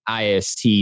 IST